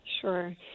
sure